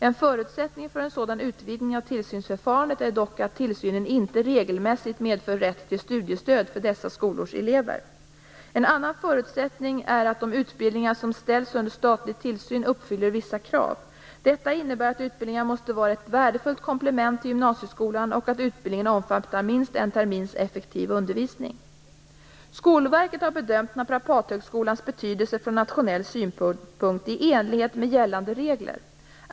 En förutsättning för en sådan utvidgning av tillsynsförfarandet är dock att tillsynen inte regelmässigt medför rätt till studiestöd för dessa skolors elever. En annan förutsättning är att de utbildningar som ställs under statlig tillsyn uppfyller vissa krav. Detta innebär att utbildningarna måste vara ett värdefullt komplement till gymnasieskolan, och att utbildningarna måste omfatta minst en termins effektiv undervisning. Skolverket har bedömt Naprapathögskolans betydelse från nationell synpunkt i enlighet med gällande regler.